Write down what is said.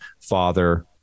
father